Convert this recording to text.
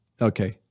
Okay